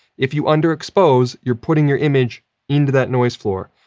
if you underexpose, you're putting your image into that noise floor.